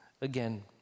Again